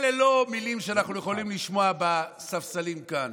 אלה לא מילים שאנחנו יכולים לשמוע בספסלים כאן.